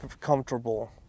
comfortable